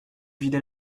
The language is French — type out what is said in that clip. vider